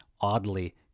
oddly